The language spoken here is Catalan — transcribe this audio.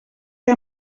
que